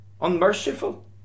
unmerciful